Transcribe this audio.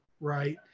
right